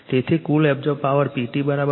તેથી કુલ absorb power PT P1 P2 P3 છે